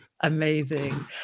Amazing